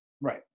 Right